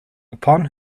upon